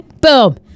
Boom